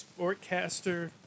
sportcaster